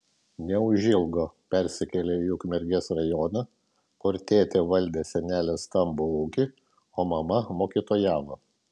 neužilgo persikėlė į ukmergės rajoną kur tėtė valdė senelės stambų ūkį o mama mokytojavo